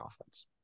offense